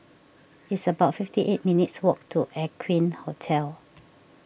it's about fifty eight minutes' walk to Aqueen Hotel